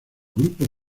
grupo